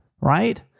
Right